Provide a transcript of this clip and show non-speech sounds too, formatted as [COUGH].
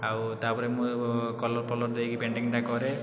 ଓ ତା'ପରେ ମୁଁ [UNINTELLIGIBLE] କଲର୍ ଫଲର୍ ଦେଇକି ପେଣ୍ଟିଂଟା କରେ